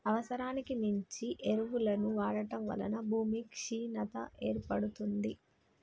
అవసరానికి మించి ఎరువులను వాడటం వలన భూమి క్షీణత ఏర్పడుతుంది